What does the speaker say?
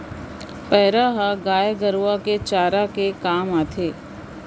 पैरा ह गाय गरूवा के चारा के काम आथे